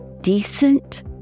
decent